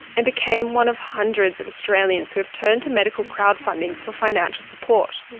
and became one of hundreds of australians who have turned to medical crowdfunding for financial support.